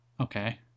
Okay